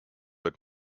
had